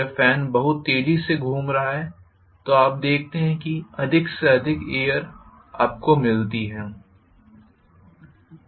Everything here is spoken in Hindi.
जब फेन बहुत तेजी से घूम रहा है आप देखते हैं कि अधिक से अधिक एयर आपको मिलती है